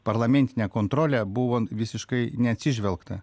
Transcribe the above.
parlamentinę kontrolę buvo visiškai neatsižvelgta